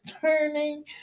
turning